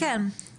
כן,